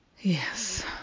Yes